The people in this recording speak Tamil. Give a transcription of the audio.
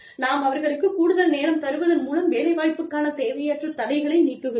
நாம் அவர்களுக்குக் கூடுதல் நேரம் தருவதன் மூலம் வேலைவாய்ப்புக்கான தேவையற்ற தடைகளை நீக்குகிறோம்